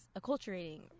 acculturating